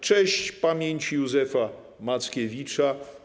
Cześć pamięci Józefa Mackiewicza!